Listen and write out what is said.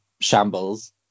shambles